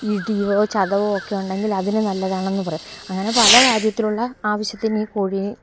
ഇടിവോ ചതവോ ഒക്കെ ഉണ്ടെങ്കില് അതിനു നല്ലതാണെന്നു പറയും അങ്ങനെ പല കാര്യത്തിലുള്ള ആവശ്യത്തിനീ കോഴി